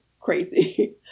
crazy